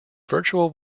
virtual